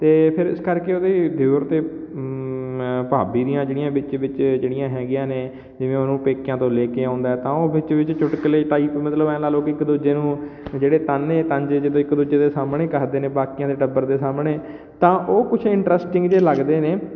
ਅਤੇ ਫਿਰ ਇਸ ਕਰਕੇ ਉਹਦੇ ਦਿਓਰ ਅਤੇ ਭਾਬੀ ਦੀਆਂ ਜਿਹੜੀਆਂ ਵਿੱਚ ਵਿੱਚ ਜਿਹੜੀਆਂ ਹੈਗੀਆਂ ਨੇ ਜਿਵੇਂ ਉਹਨੂੰ ਪੇਕਿਆਂ ਤੋਂ ਲੈ ਕੇ ਆਉਂਦਾ ਤਾਂ ਉਹ ਵਿੱਚ ਵਿੱਚ ਚੁਟਕਲੇ ਟਾਈਪ ਮਤਲਬ ਐਂ ਲਾ ਲਓ ਕਿ ਇੱਕ ਦੂਜੇ ਨੂੰ ਜਿਹੜੇ ਤਾਨੇ ਤਾਂਜੇ ਜਿੱਦਾਂ ਇੱਕ ਦੂਜੇ ਦੇ ਸਾਹਮਣੇ ਕਰਦੇ ਨੇ ਬਾਕੀਆਂ ਦੇ ਟੱਬਰ ਦੇ ਸਾਹਮਣੇ ਤਾਂ ਉਹ ਕੁਛ ਇੰਟਰਸਟਿੰਗ ਜੇ ਲੱਗਦੇ ਨੇ